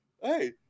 hey